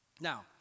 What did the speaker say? Now